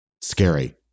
Scary